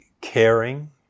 caring